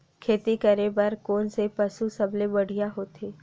खेती करे बर कोन से पशु सबले बढ़िया होथे?